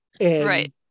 Right